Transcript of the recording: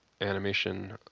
animation